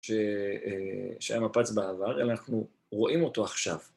שהיה מפץ בעבר, אנחנו רואים אותו עכשיו